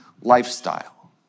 lifestyle